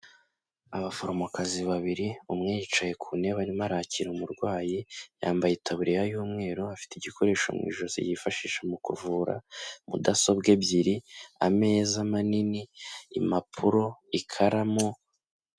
Abaforomokazi babiri umwe yicaye ku ntebe arimo arakira umurwayi yambaye itabureriya y'umweru afite igikoresho mu ijosi yifashisha mu kuvura, mudasobwa ebyiri, ameza manini, impapuro ikaramu ...